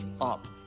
up